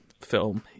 film